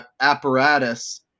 apparatus